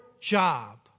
job